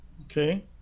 okay